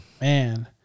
man